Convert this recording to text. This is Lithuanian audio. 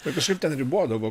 tai kažkaip ten ribodavo